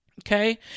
Okay